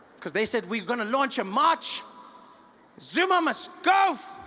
because they said we are going to launch a march zuma must go!